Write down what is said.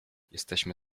jesteśmy